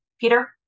Peter